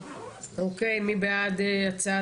מי בעד?